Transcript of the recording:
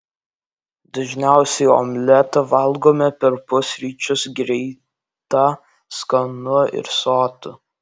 dažniausiai omletą valgome per pusryčius greita skanu ir sotu